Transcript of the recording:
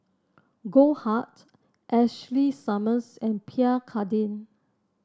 Goldheart Ashley Summers and Pierre Cardin